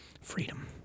Freedom